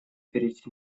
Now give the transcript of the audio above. перед